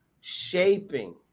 shaping